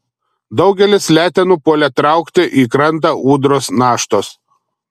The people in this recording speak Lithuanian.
daugelis letenų puolė traukti į krantą ūdros naštos